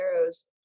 arrows